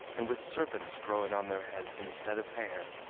and with serpents growing on their heads instead of hair.